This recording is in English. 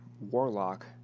warlock